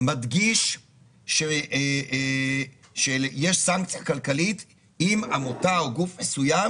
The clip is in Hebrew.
מדגיש שיש סנקציה כלכלית אם עמותה או גוף מסוים